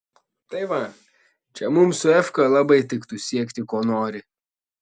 tai va čia mums su efka labai tiktų siekti ko nori